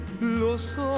los